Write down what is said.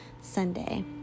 Sunday